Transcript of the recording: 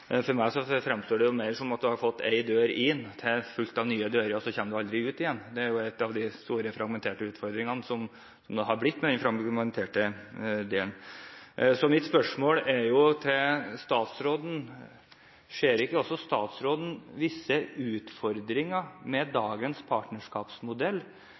For meg fremstår det mer som at en har fått én dør inn til et sted fullt av nye dører, og så kommer en aldri ut igjen. Det er en av de store utfordringene man nå har fått med den fragmenterte organiseringen. Mine spørsmål til statsråden er: Ser ikke statsråden visse utfordringer med